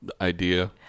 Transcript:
idea